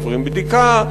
עוברים בדיקה.